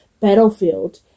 battlefield